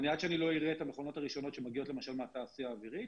עד שלא אראה את המכונות הראשונות שמגיעות למשל מהתעשייה האווירית,